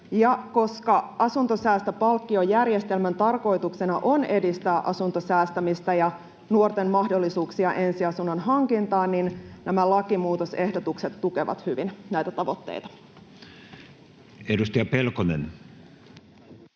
Koska asuntosäästöpalkkiojärjestelmän tarkoituksena on edistää asuntosäästämistä ja nuorten mahdollisuuksia ensiasunnon hankintaan, niin nämä lakimuutosehdotukset tukevat hyvin näitä tavoitteita. [Speech